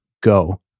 go